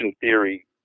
theory